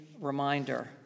reminder